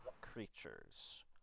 creatures